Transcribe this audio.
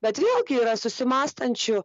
bet vėlgi yra susimąstančių